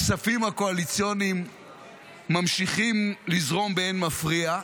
הכספים הקואליציוניים ממשיכים לזרום באין מפריע.